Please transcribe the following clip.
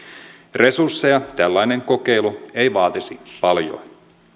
resursseja tällainen kokeilu ei vaatisi paljoa